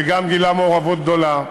שגם גילה מעורבות גדולה,